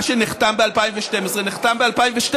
מה שנחתם ב-2012 נחתם ב-2012,